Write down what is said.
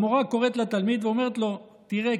המורה קוראת לתלמיד ואומרת לו: תראה,